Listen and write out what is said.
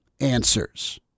answers